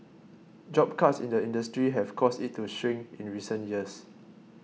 job cuts in the industry have caused it to shrink in recent years